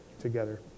together